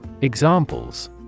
Examples